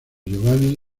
giovanni